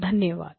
धन्यवाद